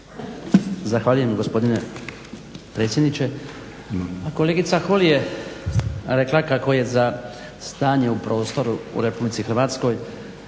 Zahvaljujem gospodine predsjedniče. Pa kolegica Holy je rekla kako je za stanje u prostoru u RH ovakvo